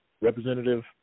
representative